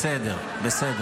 בסדר, בסדר.